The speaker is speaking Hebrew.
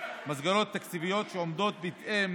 מסגרות תקציביות שעומדות בהתאם